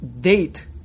date